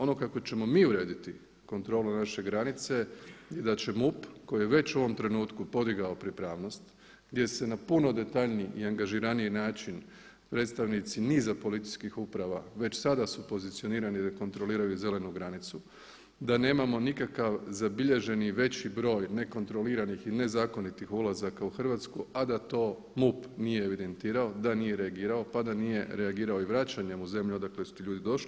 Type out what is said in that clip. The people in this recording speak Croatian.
Ono kako ćemo mi urediti kontrolu naše granice je da će MUP koji je već u ovom trenutku podigao pripravnost, gdje se na puno detaljniji i angažiraniji način predstavnici niza policijskih uprava već sada su pozicionirani da kontroliraju zelenu granicu, da nemamo nikakav zabilježeni veći broj nekontroliranih i nezakonitih ulazaka u Hrvatsku, a da to MUP nije evidentirao, da nije reagirao pa da nije reagirao i vraćanjem u zemlju odakle su ti ljudi došli.